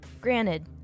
Granted